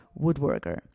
woodworker